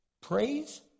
praise